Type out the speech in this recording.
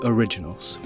Originals